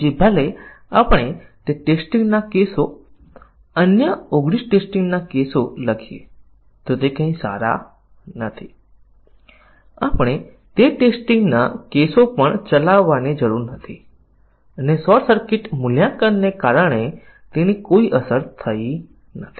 તેથી મારી પાસે તેની કોઈ સ્લાઇડ નથી ઉદાહરણ સ્લાઇડમાં લખ્યું નથી પરંતુ હું તમને એવું ઉદાહરણ આપવા કહું છે કે જ્યાં નિવેદન કવરેજ શાખા કવરેજ આપતું નથી